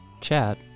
chat